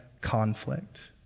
conflict